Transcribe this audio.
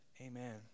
Amen